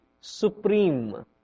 Supreme